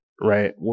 right